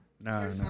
no